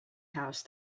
house